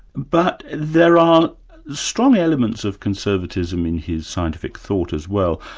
but there are strong elements of conservatism in his scientific thought as well.